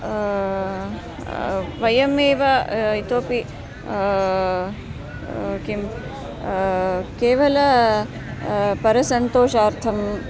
वयमेव इतोपि किं केवलं परसन्तोषार्थं